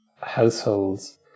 households